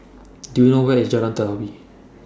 Do YOU know Where IS Jalan Telawi